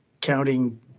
counting